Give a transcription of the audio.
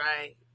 Right